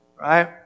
Right